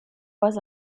was